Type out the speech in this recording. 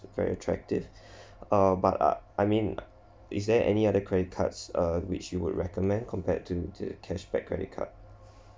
very attractive uh but uh I mean uh is there any other credit cards uh which you would recommend compared to the cashback credit card